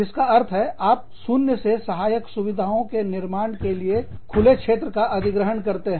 जिसका अर्थ आप शून्य से सहायक सुविधाओं के निर्माण के लिए खुले क्षेत्र का अधिग्रहण करते हैं